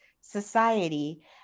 society